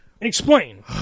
explain